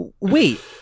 Wait